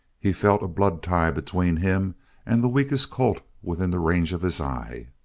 he felt a blood-tie between him and the weakest colt within the range of his eye.